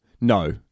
No